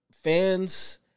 fans